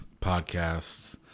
podcasts